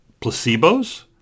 placebos